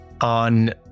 on